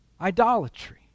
idolatry